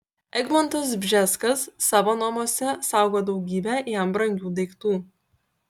egmontas bžeskas savo namuose saugo daugybę jam brangių daiktų